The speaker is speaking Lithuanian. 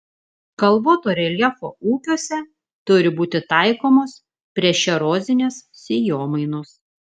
kalvoto reljefo ūkiuose turi būti taikomos priešerozinės sėjomainos